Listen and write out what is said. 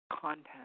content